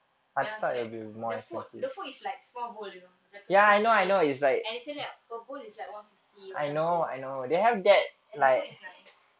then after that the food the food is like small bowl you know macam kecil-kecil and it's like per bowl is like one fifty or something and the food is nice